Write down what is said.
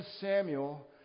Samuel